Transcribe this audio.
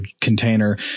container